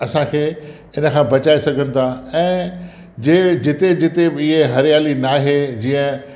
असांखे हिन खां बचाए सघनि था ऐं जंहिं जिते जिते बि इहे हरियाली न आहे जीअं